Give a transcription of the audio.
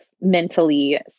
mentally